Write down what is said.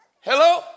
Hello